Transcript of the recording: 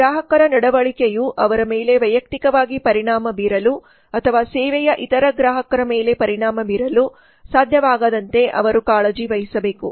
ಗ್ರಾಹಕರ ನಡವಳಿಕೆಯು ಅವರ ಮೇಲೆ ವೈಯಕ್ತಿಕವಾಗಿ ಪರಿಣಾಮ ಬೀರಲು ಅಥವಾ ಸೇವೆಯ ಇತರ ಗ್ರಾಹಕರ ಮೇಲೆ ಪರಿಣಾಮ ಬೀರಲು ಸಾಧ್ಯವಾಗದಂತೆ ಅವರು ಕಾಳಜಿ ವಹಿಸಬೇಕು